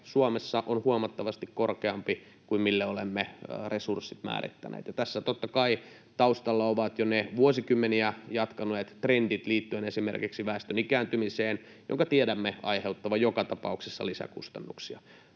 Suomessa on huomattavasti korkeampi kuin mille olemme resurssit määrittäneet. Tässä totta kai taustalla ovat ne jo vuosikymmeniä jatkuneet trendit liittyen esimerkiksi väestön ikääntymiseen, jonka tiedämme aiheuttavan joka tapauksessa lisäkustannuksia.